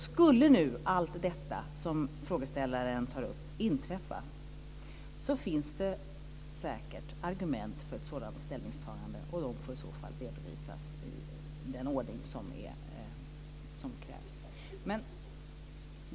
Skulle nu allt det som frågeställaren tar upp inträffa, finns det säkert argument för ett sådant ställningstagande. De ska i så fall redovisas i den ordning som krävs.